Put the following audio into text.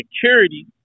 security